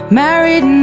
married